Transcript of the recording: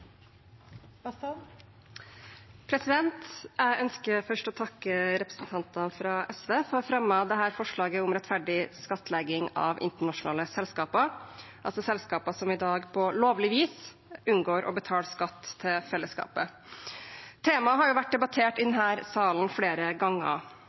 minutter. Jeg ønsker først å takke representanter fra SV for å ha fremmet dette forslaget om rettferdig skattlegging av internasjonale selskaper, altså selskaper som i dag på lovlig vis unngår å betale skatt til fellesskapet. Temaet har vært debattert i